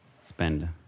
spend